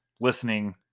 listening